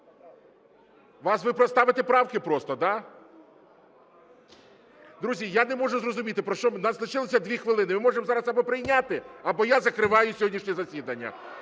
поставите правки просто, да? Друзі, я не можу зрозуміли, про що, в нас лишилося 2 хвилини, ми можемо зараз або прийняти, або я закриваю сьогоднішнє засідання.